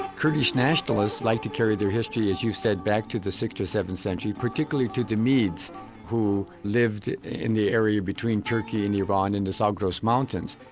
kurdish nationalists like to carry their history, as you said, back to the sixth or seventh century, particularly to the medes who lived in the area between turkey and iran in the zagross mountains.